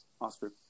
Oscar